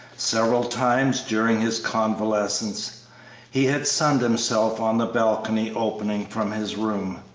several times during his convalescence he had sunned himself on the balcony opening from his room,